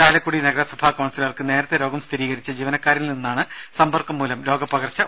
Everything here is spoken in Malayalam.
ചാലക്കുടി നഗരസഭാ കൌൺസിലർക്ക് നേരത്തെ രോഗം സ്ഥിരീകരിച്ച ജീവനക്കാരനിൽ നിന്നാണ് സമ്പർക്കം മൂലം രോഗപ്പകർച്ച ഉണ്ടായത്